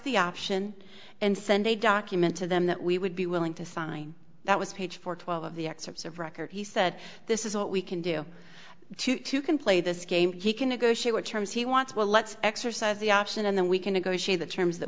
the option and send a document to them that we would be willing to sign that was page for twelve of the excerpts of record he said this is what we can do two two can play this game he can negotiate what terms he wants well let's exercise the option and then we can negotiate the terms that